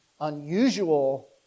unusual